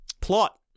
Plot